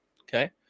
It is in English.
okay